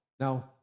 Now